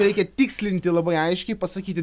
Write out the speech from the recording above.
reikia tikslinti labai aiškiai pasakyti